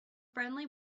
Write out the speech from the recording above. friendly